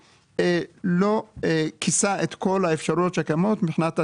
לא כיסה את כל האפשרויות שקיימות מבחינת הציבור.